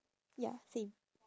ya same